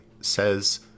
says